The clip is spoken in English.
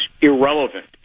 irrelevant